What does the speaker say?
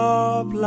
up